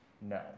No